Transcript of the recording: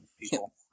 people